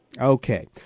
Okay